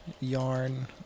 Yarn